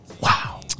Wow